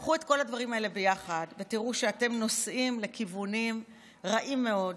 קחו את כל הדברים האלה ביחד ותראו שאתם נוסעים לכיוונים רעים מאוד,